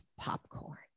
popcorn